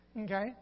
Okay